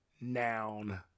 noun